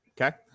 okay